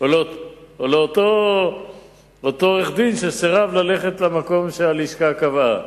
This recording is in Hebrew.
או לאותו עורך-דין שסירב ללכת למקום שהלשכה קבעה.